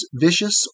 vicious